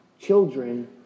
children